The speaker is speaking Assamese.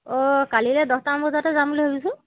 অঁ কালিলে দহটামান বজাতে যাম বুলি ভাবিছোঁ